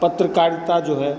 पत्रकारिता जो है